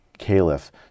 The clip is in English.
Caliph